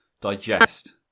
digest